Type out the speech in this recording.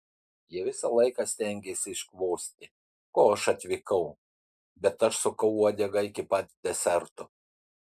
ji visą laiką stengėsi iškvosti ko aš atvykau bet aš sukau uodegą iki pat deserto